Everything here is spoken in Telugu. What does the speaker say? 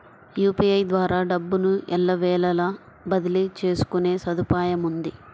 యూపీఐ ద్వారా డబ్బును ఎల్లవేళలా బదిలీ చేసుకునే సదుపాయముంది